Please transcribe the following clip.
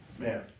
Man